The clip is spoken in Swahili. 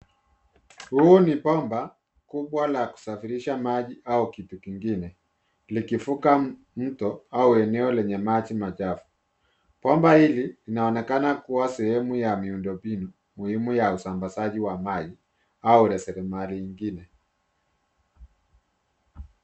Huu ni bomba kubwa la kusafirisha maji au kitu kingine likivuka mto au eneo lenye maji machafu. Bomba hili linaonekana kuwa sehemu ya miundo mbinu muhimu ya usambazaji wa maji au rasilimali ingine.